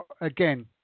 again